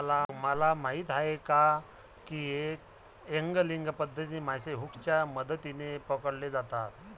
तुम्हाला माहीत आहे का की एंगलिंग पद्धतीने मासे हुकच्या मदतीने पकडले जातात